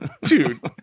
dude